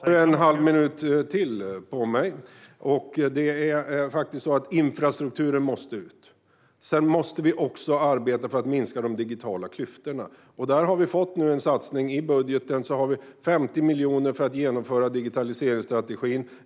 Herr talman! Jag har en halv minut till på mig. Infrastrukturen måste ut. Vi måste också arbeta för att minska de digitala klyftorna. Där har vi nu fått en satsning. I budgeten har vi 50 miljoner för att genomföra digitaliseringsstrategin.